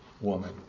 woman